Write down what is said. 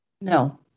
No